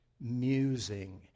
musing